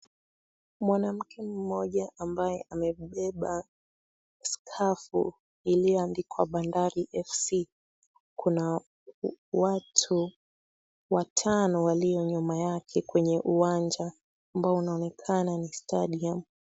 Mwanamke mmoja ambaye amebeba skafu iliyoandikwa Bandari FC. Kuna watu watano walio nyuma yake kwenye uwanja ambao unaonekana ni stadium.